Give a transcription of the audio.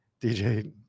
DJ